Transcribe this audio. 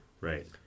right